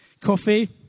Coffee